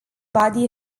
body